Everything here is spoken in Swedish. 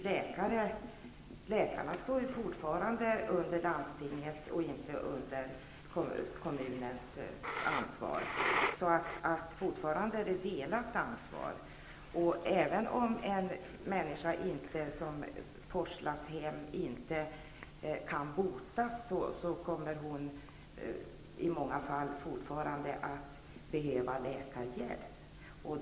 Läkarna står fortfarande under landstingets och inte under kommunens ansvar. Fortfarande är det ett delat ansvar. Även om en människa som forslas hem inte kan botas, kommer hon i många fall fortfarande att behöva läkarhjälp.